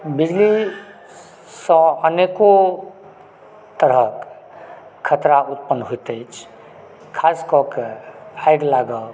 बिजलीसँ अनेको तरहक खतरा उत्पन्न होइत अछि खास कऽ कए आगि लागब